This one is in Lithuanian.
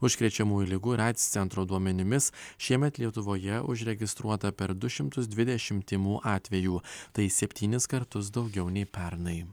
užkrečiamųjų ligų ir aids centro duomenimis šiemet lietuvoje užregistruota per du šimtus dvidešimt tymų atvejų tai septynis kartus daugiau nei pernai